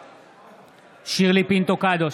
בעד שירלי פינטו קדוש,